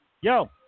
Yo